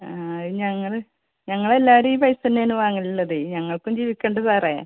ആ ഞങ്ങൾ ഞങ്ങളെല്ലാവരും ഈ പൈസെന്നാണ് വാങ്ങലുള്ളത് ഞങ്ങൾക്കും ജീവിക്കണ്ടെ സാറേ